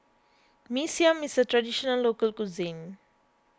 Mee Siam is a Traditional Local Cuisine